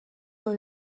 dans